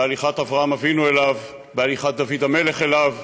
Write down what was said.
בהליכת אברהם אבינו אליו, בהליכת דוד המלך אליו,